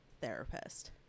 therapist